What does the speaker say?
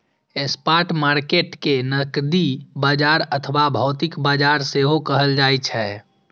spot market कें नकदी बाजार अथवा भौतिक बाजार सेहो कहल जाइ छै